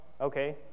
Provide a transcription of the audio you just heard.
Okay